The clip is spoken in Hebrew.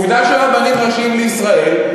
עובדה שרבנים ראשיים לישראל,